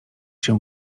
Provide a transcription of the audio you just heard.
się